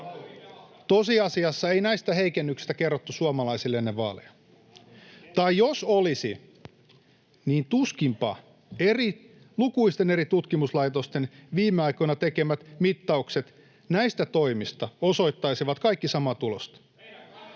Tosiasiassa ei näistä heikennyksistä kerrottu suomalaisille ennen vaaleja. Tai jos olisi kerrottu, niin tuskinpa lukuisten eri tutkimuslaitosten viime aikoina tekemät mittaukset näistä toimista osoittaisivat kaikki samaa tulosta: